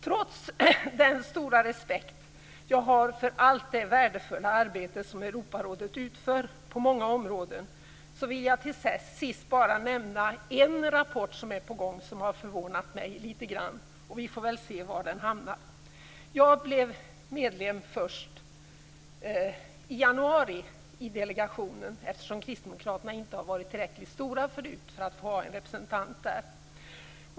Trots den stora respekt jag har för allt det värdefulla arbete som Europarådet utför på många områden vill jag till sist nämna en rapport som är på gång och som förvånat mig lite grann. Vi får väl se var den hamnar. Jag blev medlem först i januari i delegationen, eftersom Kristdemokraterna inte varit tillräckligt stort förut för att ha en representant där.